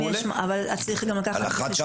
צריך גם לקחת פה